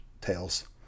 Tails